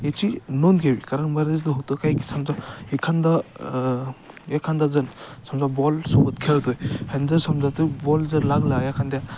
याची नोंद घ्यावी कारण बरेचदा होतं काय की समजा एखादा एखादा जण समजा बॉल सोबत खेळतो आहे आणि जर समजा तो बॉल जर लागला एखाद्या